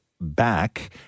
back